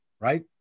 right